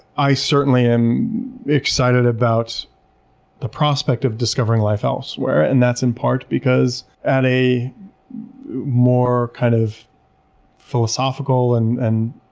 i certainly am excited about the prospect of discovering life elsewhere. and that's in part because, at a more kind of philosophical and and